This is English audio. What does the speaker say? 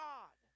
God